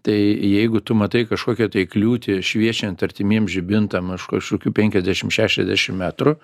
tai jeigu tu matai kažkokią tai kliūtį šviečiant artimiem žibintam už kažkokių penkiasdešim šešiasdešim metrų